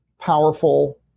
powerful